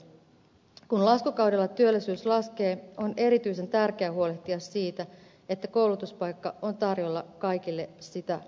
kun laskukaudella työllisyys laskee on erityisen tärkeää huolehtia siitä että koulutuspaikka on tarjolla kaikille sitä haluaville